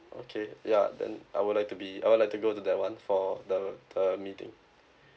okay ya then I would like to be I would like to go to that [one] for the the meeting